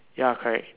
ya correct